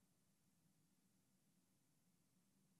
לתקן